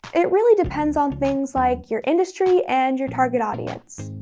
it really depends on things like your industry and your target audience.